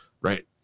Right